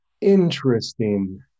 interesting